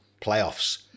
playoffs